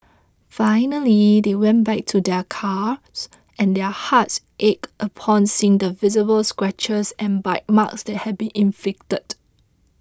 finally they went back to their cars and their hearts ached upon seeing the visible scratches and bite marks that had been inflicted